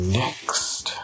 next